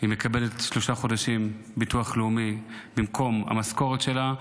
מקבלת שלושה חודשים ביטוח לאומי במקום המשכורת שלה.